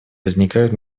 возникают